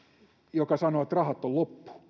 joka sanoo että rahat on loppu